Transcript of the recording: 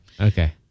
Okay